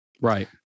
Right